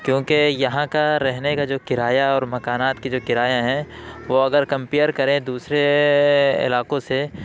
کیونکہ یہاں کا رہنے کا جو کرایہ اور مکانات کے جو کرایے ہیں وہ اگر کمپیئر کریں دوسرے علاقوں سے